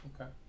Okay